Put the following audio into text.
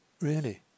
Really